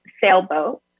sailboat